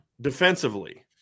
Defensively